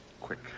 quick